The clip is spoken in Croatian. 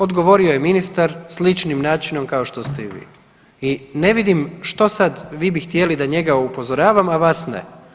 Odgovorio je ministar sličnim načinom kao što ste i vi i ne vidim što sad vi bi htjeli da njega upozoravam, a vas ne.